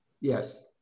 Yes